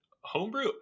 homebrew